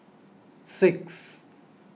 six